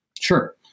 Sure